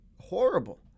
horrible